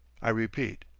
i repeat,